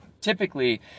typically